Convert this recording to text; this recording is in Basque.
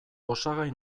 osagai